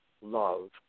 love